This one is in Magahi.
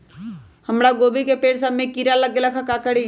हमरा गोभी के पेड़ सब में किरा लग गेल का करी?